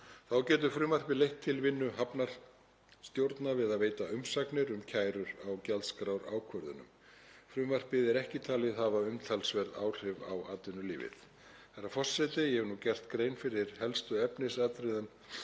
Þá getur frumvarpið leitt til vinnu hafnarstjórna við að veita umsagnir um kærur á gjaldskrárákvörðunum. Frumvarpið er ekki talið hafa umtalsverð áhrif á atvinnulífið. Herra forseti. Ég hef nú gert grein fyrir helstu efnisatriðum